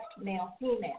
male-female